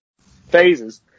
phases